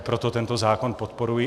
Proto tento zákon podporuji.